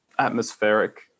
atmospheric